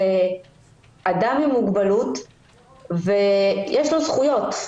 זה אדם עם מוגבלות ויש לו זכויות,